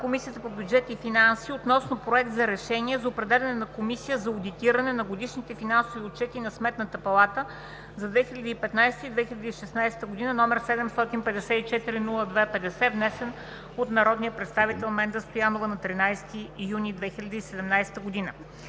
Комисията по бюджет и финанси относно Проект за решение за определяне на Комисия за одитиране на годишните финансови отчети на Сметната палата за 2015 и 2016 г., №754-02-50, внесен от народния представител Менда Стоянова на 13 юни 2017 г.